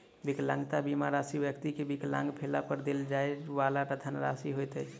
विकलांगता बीमा राशि व्यक्ति के विकलांग भेला पर देल जाइ वाला धनराशि होइत अछि